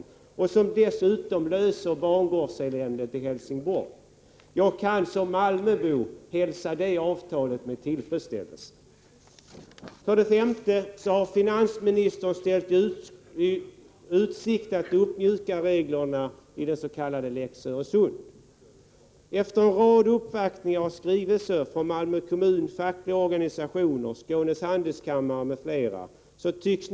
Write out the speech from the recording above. På det sättet har man dessutom kommit fram till en lösning på frågan om bangårdseländet i Helsingborg. Som malmöbo hälsar jag det avtalet med tillfredsställelse. 5. Finansministern har ställt uppmjukade regler i utsikt i fråga om Lex Öresund. En rad uppvaktningar och skrivelser från Malmö kommun, från fackliga organisationer, från Skånes handelskammare t.ex. har förekommit.